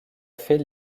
fait